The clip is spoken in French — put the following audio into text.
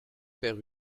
père